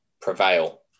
prevail